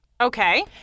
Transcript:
Okay